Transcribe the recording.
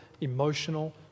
emotional